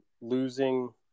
losing